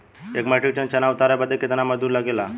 एक metric ton चना उतारे बदे कितना मजदूरी लगे ला?